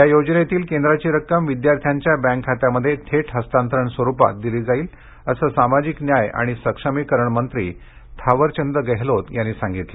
या योजनेतील केंद्राची रक्कम विद्यार्थ्यांच्या बँक खात्यांमध्ये थेट हस्तांतरण स्वरुपात दिली जाईल असे सामाजिक न्याय आणि सक्षमीकरण मंत्री थावरचंद गेहलोत यांनी सांगितले